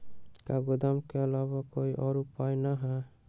का गोदाम के आलावा कोई और उपाय न ह?